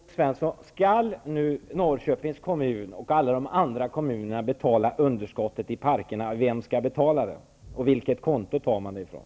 Herr talman! Jag fick inte något svar av Karl-Gösta Svenson. Skall Norrköpings kommun, och alla andra kommuner, betala underskottet i parkerna? Vem skall betala, och vilket konto skall pengarna tas från?